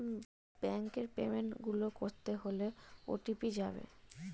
ব্যাংকের পেমেন্ট গুলো করতে হলে ও.টি.পি যাবে